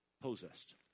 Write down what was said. possessed